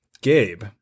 Gabe